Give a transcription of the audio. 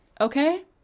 Okay